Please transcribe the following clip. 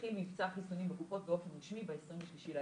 והתחיל מבצע חיסונים בקופות באופן רשמי ב-23.11.